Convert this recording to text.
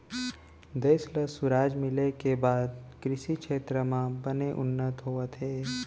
देस ल सुराज मिले के बाद कृसि छेत्र म बने उन्नति होवत हे